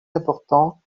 important